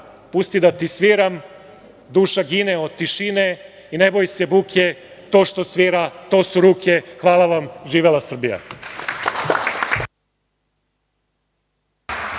„Pusti da ti sviram, duša gine od tišine i ne boj se buke, to što svira, to su ruke.“ Hvala vam. Živela Srbija!